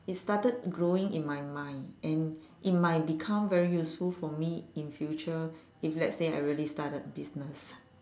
it started growing in my mind and it might become very useful for me in future if let's say I really started business